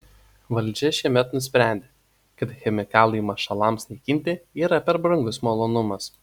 valdžia šiemet nusprendė kad chemikalai mašalams naikinti yra per brangus malonumas